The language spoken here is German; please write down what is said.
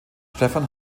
stefan